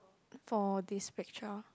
for this picture